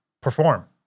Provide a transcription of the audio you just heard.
perform